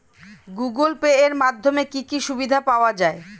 Google Pay এর মাধ্যমে কি কি সুবিধা পাওয়া যায়?